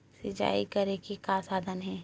सिंचाई करे के का साधन हे?